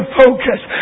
focus